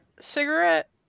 cigarette